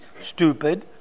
stupid